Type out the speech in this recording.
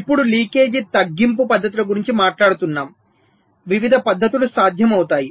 ఇప్పుడు లీకేజీ తగ్గింపు పద్ధతుల గురించి మాడ్లాడుతున్నాం వివిధ పద్ధతులు సాధ్యం అవుతాయి